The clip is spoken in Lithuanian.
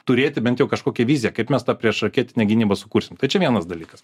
turėti bent jau kažkokią viziją kaip mes tą priešraketinę gynybą sukursim tai čia vienas dalykas